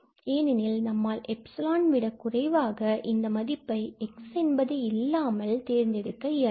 ஏனெனில் நம்மால் எப்சிலான் விட குறைவாக இந்த மதிப்பை x என்பது இல்லாமல் எடுக்க இயலாது